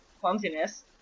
clumsiness